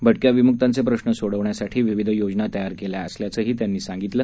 भा क्या विमुक्तांचे प्रश्न सोडवण्यासाठी विविध योजना तयार केल्या असल्याचंही त्यांनी सांगितलं